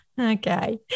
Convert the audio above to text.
Okay